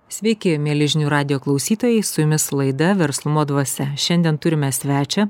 sveiki mieli žinių radijo klausytojai su jumis laida verslumo dvasia šiandien turime svečią